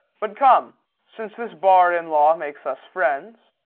but, come since this bar in law makes us friends,